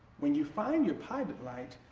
when you find your pilot light,